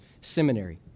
Seminary